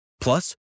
plus